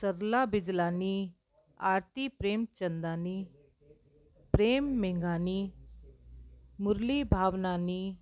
सरला बिजलानी आरती प्रेमचंदानी प्रेम मेघानी मुरली भावनानी